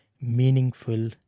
meaningful